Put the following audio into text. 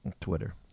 Twitter